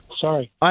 Sorry